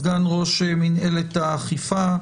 סגן ראש מינהלת האכיפה.